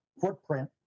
footprint